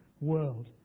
world